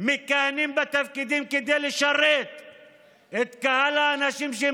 קיימים בתפקידים כדי לשרת את קהל האנשים שהם